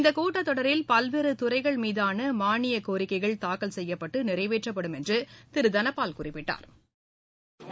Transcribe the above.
இந்த கூட்டத்தொடரில் பல்வேறு துறைகள் மீதான மானியக் கோரிக்கைகள் தாக்கல் செய்யப்பட்டு நிறைவேற்றப்படும் என்று திரு தனபால் குறிப்பிட்டாா்